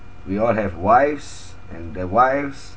we all have wives and the wives